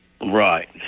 Right